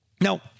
Now